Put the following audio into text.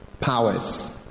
powers